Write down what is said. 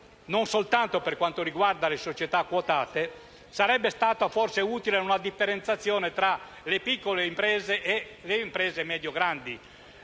non soltanto per quanto riguarda le società quotate, sarebbe stata forse utile una differenziazione tra le piccole imprese e quelle medio-grandi.